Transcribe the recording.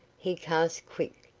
he cast quick,